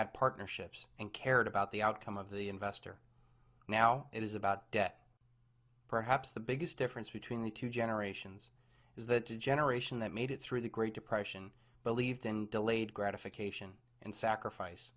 had partnerships and cared about the outcome of the investor now it is about debt perhaps the biggest difference between the two generations is that the generation that made it through the great depression believed in delayed gratification and sacrifice